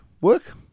Work